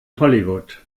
hollywood